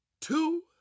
two